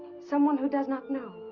someone who does not know.